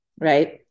right